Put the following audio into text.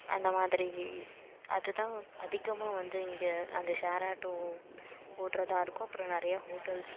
அந்தமாதிரி அதுதான் அதிகமாக வந்து இங்கே அந்த ஷேர் ஆட்டோ ஓட்டுறதா இருக்கும் அப்புறம் நிறைய ஹோட்டல்ஸ்